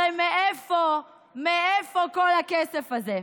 מאיפה כל הכסף הזה?